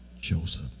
Joseph